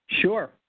Sure